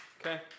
Okay